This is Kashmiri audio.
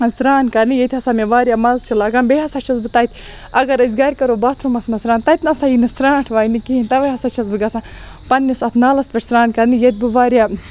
سران کَرنہِ ییٚتۍ ہَسا مےٚ واریاہ مَزٕ چھُ لَگان بییٚہِ ہَسا چھَس بہٕ تَتہِ اگر أسۍ گَرِ کَرَو باتھروٗمَس مَنٛز سران تَتہ نَسا ییہِ نہِ سرانٛٹھ واینہِ کِہِنۍ تَوَے چھَس بہٕ گَژھان پَنٕنِس اتھ نالَس پیٹھ سران کَرنہِ ییٚتہِ بہٕ واریاہ